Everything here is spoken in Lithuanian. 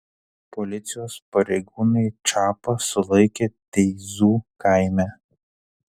policijos pareigūnai čapą sulaikė teizų kaime